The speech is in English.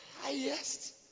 highest